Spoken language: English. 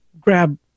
grab